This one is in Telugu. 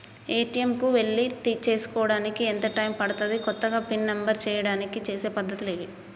ఏ.టి.ఎమ్ కు వెళ్లి చేసుకోవడానికి ఎంత టైం పడుతది? కొత్తగా పిన్ నంబర్ చేయడానికి చేసే పద్ధతులు ఏవి?